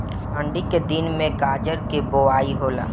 ठन्डी के दिन में गाजर के बोआई होला